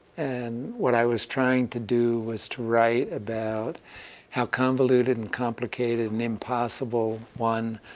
and what i was trying to do was to write about how convoluted and complicated and impossible, one,